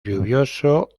lluvioso